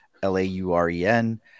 L-A-U-R-E-N